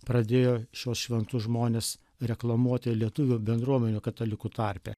pradėjo šiuos šventus žmones reklamuoti lietuvių bendruomenių katalikų tarpe